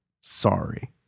Sorry